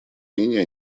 менее